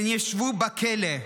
הם ישבו בכלא,